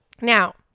Now